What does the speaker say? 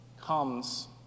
comes